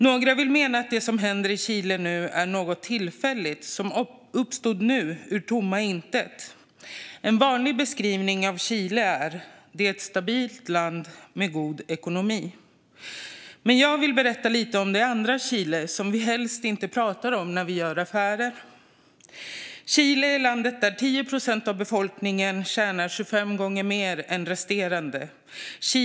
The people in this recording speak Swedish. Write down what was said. Vissa menar att det som händer i Chile nu är något tillfälligt som har uppstått ur tomma intet. En vanlig beskrivning av Chile är att det är ett stabilt land med god ekonomi. Men jag vill berätta lite om det andra Chile som vi helst inte pratar om när vi gör affärer. Chile är landet där 10 procent av befolkningen tjänar 25 gånger mer än resterande befolkning.